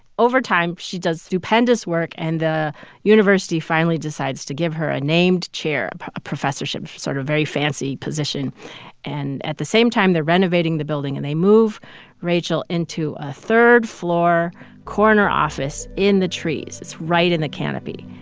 over time, she does stupendous work, and the university finally decides to give her a named chair a professorship sort of very fancy position and, at the same time, they're renovating the building, and they move rachel into a third-floor corner office in the trees. it's right in the canopy,